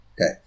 okay